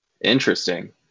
Interesting